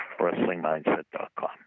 Wrestlingmindset.com